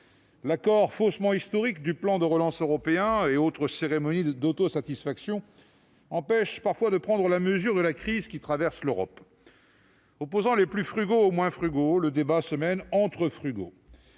L'accord faussement historique du plan de relance européen, entre autres cérémonies d'autosatisfaction, empêche de prendre la mesure de la crise qui traverse l'Europe. Opposant les plus frugaux aux moins frugaux, le débat se mène entre frugaux